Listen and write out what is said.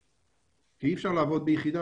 נעדיף לשרוף גז טבעי,